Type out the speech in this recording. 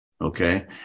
Okay